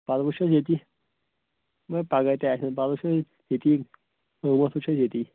پتہٕ وٕچھو ییٚتی پَگاہ تہِ آسن ییٚتی وٕچھو ییٚتی